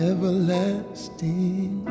Everlasting